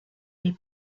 les